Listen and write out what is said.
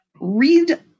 read